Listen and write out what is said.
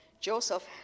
Joseph